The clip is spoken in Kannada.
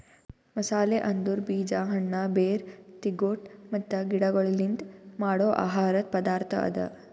ಮಸಾಲೆ ಅಂದುರ್ ಬೀಜ, ಹಣ್ಣ, ಬೇರ್, ತಿಗೊಟ್ ಮತ್ತ ಗಿಡಗೊಳ್ಲಿಂದ್ ಮಾಡೋ ಆಹಾರದ್ ಪದಾರ್ಥ ಅದಾ